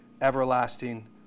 everlasting